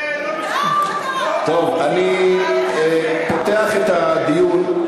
זה לא, טוב, אני פותח את הדיון.